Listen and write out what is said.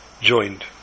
joined